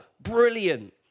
brilliant